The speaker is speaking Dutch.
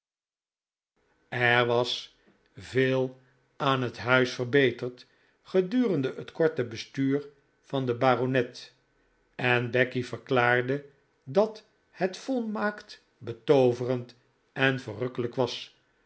er was veel aan het huis verbeterd gedurende het korte bestuur van den baronet en becky verklaarde dat het volmaakt betooverend en verrukkelijk was